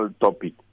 topic